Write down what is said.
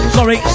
Sorry